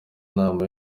inama